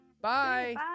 bye